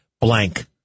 blank